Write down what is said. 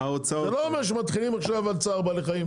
זה לא אומר שמתחילים עכשיו על צער בעלי חיים.